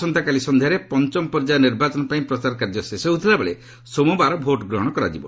ଆସନ୍ତାକାଲି ସନ୍ଧ୍ୟାରେ ପଞ୍ଚମ ପର୍ଯ୍ୟାୟ ନିର୍ବାଚନ ପାଇଁ ପ୍ରଚାର କାର୍ଯ୍ୟ ଶେଷ ହେଉଥିବା ବେଳେ ସୋମବାର ଭୋଟ୍ଗ୍ରହଣ କରାଯିବ